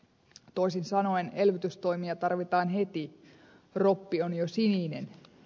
toisin sanoen elvytystoimia tarvitaan heti roppi on jo sininen